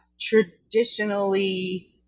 traditionally